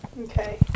Okay